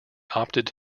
opted